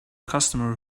customer